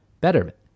Betterment